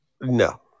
No